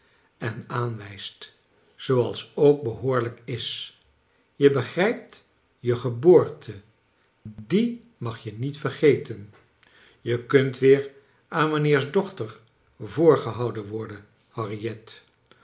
en aan wijst zooals ook behoorlijk is je begrijpt je geboorte die mag je niet verge ten je kunt weer aan mij cheer's dochter voorgehouden worden harriet